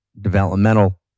developmental